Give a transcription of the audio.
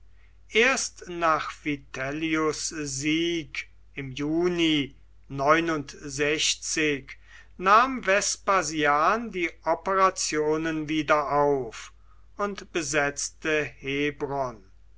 erst nach vitellius sieg im juni nahm vespasian die operationen wieder auf und besetzte hebron